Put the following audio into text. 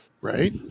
right